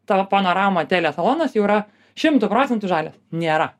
tavo panorama telefonas jau yra šimtu procentų žalias nėra